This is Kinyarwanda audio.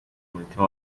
umutima